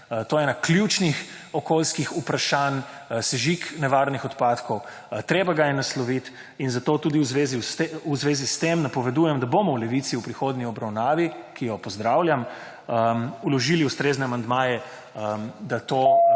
To je eno ključnih okoljskih vprašanj – sežig nevarnih odpadkov. Treba ga je nasloviti in zato tudi v zvezi s tem napovedujem, da bomo v Levici v prihodnje v obravnavi, ki jo pozdravljam, vložili ustrezne amandmaje, da to